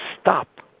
stop